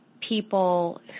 people